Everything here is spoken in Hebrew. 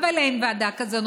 אין ועדה כזאת,